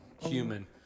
Human